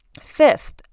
Fifth